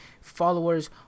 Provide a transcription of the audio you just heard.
followers